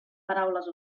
paraules